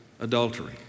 adultery